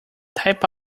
type